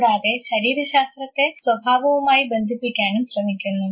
കൂടാതെ ശരീരശാസ്ത്രത്തെ സ്വഭാവവുമായി ബന്ധിപ്പിക്കാനും ശ്രമിക്കുന്നു